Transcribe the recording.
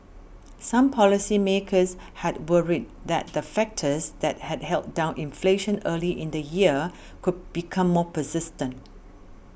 some policymakers had worried that the factors that had held down inflation early in the year could become more persistent